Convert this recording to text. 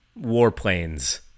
warplanes